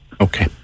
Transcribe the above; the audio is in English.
Okay